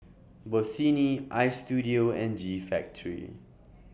Bossini Istudio and G Factory